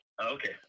okay